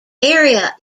area